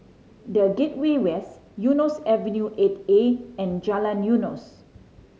The Gateway West Eunos Avenue Eight A and Jalan Eunos